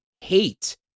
hate